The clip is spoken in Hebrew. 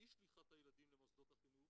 אי שליחת הילדים למוסדות החינוך